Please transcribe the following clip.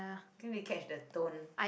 can't really catch the tone